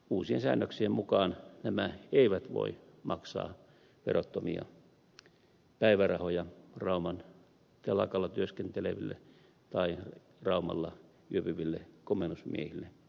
uusien säännöksien mukaan nämä eivät voi maksaa verottomia päivärahoja rauman telakalla työskenteleville tai raumalla yöpyville komennusmiehille